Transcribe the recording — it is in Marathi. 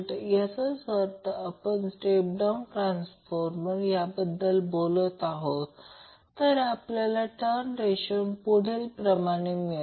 तर येथे 1048π आहे आणि Q 40 मिळाले आहे जर ते अंदाजे केले तर ते 10 हर्ट्झ होईल